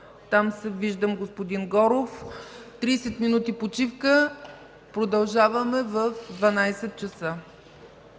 Местан, виждам и господин Горов. 30 минути почивка. Продължаваме в 12,00 ч.